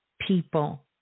people